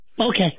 Okay